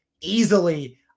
easily